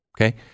Okay